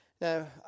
Now